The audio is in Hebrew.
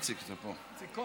איציק כהן.